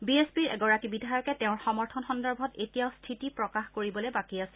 B এছ পিৰ এগৰাকী বিধায়কে তেওঁৰ সমৰ্থন সন্দৰ্ভত এতিয়াও স্থিতি প্ৰকাশ কৰিবলৈ বাকী আছে